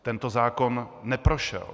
Tento zákon neprošel.